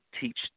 teach